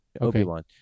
Obi-Wan